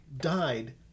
died